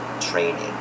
training